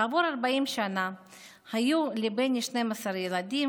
כעבור 40 שנה היו לבני 12 ילדים,